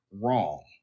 wrong